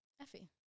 Effie